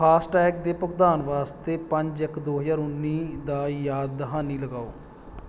FASTag ਦੇ ਭੁਗਤਾਨ ਵਾਸਤੇ ਪੰਜ ਇੱਕ ਦੋ ਹਜ਼ਾਰ ਉੱਨੀ ਦਾ ਯਾਦ ਦਹਾਨੀ ਲਗਾਓ